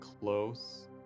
close